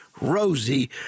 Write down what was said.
Rosie